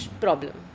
problem